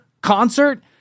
concert